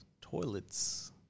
toilets